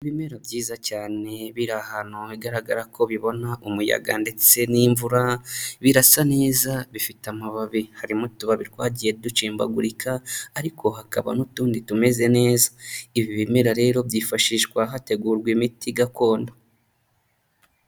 Ibimera byiza cyane, biri ahantu hagaragara ko bibona umuyaga ndetse n'imvura, birasa neza, bifite amababi, harimo utubabi twagiye ducimbagurika, ariko hakaba n'utundi tumeze neza, ibi bimera rero byifashishwa hategurwa imiti gakondo.